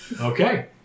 Okay